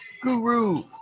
Guru